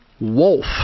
Wolf